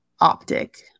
optic